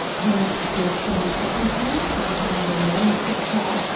parent stress, family circumstances at the time of enrolment to the trial.